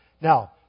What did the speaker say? Now